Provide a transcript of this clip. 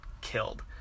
killed